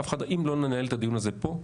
אם לא ננהל את הדיון הזה פה,